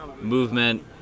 movement